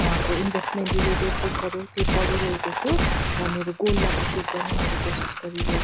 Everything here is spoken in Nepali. वहाँको इन्भेस्टमेन्ट रिलेटेड बुकहरू त्यो पढिरहेको छु र मेरो गोललाई अचिभ गर्ने मैले कोसिस गरिरहेको छु